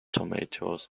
tomatoes